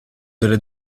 delle